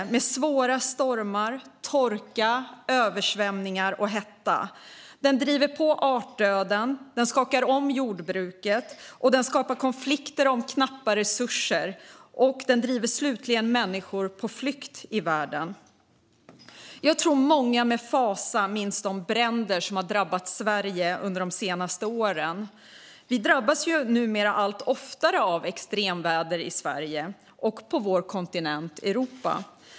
Den ger svåra stormar, torka, översvämningar och hetta, och den driver på artdöden, skakar om jordbruket, skapar konflikter om knappa resurser och driver människor på flykt. Jag tror att många med fasa minns de bränder som drabbat Sverige under senare år. Sverige och Europa drabbas allt oftare av extremväder.